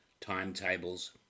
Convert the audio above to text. timetables